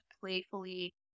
playfully